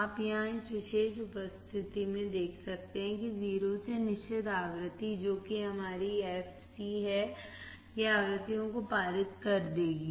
आप यहाँ इस विशेष स्थिति में देख सकते हैं 0 से निश्चित आवृत्ति जो कि हमारी fc है यह आवृत्तियों को पारित कर देगी